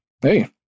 hey